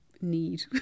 need